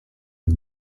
jak